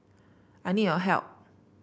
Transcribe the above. I need your help